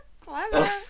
Clever